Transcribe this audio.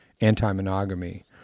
anti-monogamy